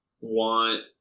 want